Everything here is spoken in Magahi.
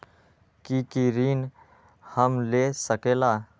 की की ऋण हम ले सकेला?